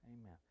Amen